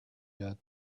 yet